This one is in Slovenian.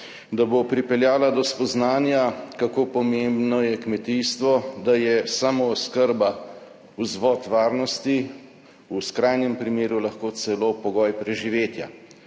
da bo pripeljala do spoznanja, kako pomembno je kmetijstvo, da je samooskrba vzvod varnosti, v skrajnem primeru lahko celo pogoj preživetja.